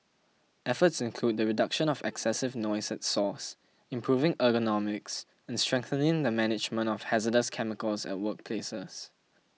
efforts include the reduction of excessive noise at source improving ergonomics and strengthening the management of hazardous chemicals at workplaces